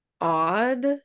odd